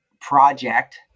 project